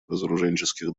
разоруженческих